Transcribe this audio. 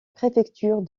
préfecture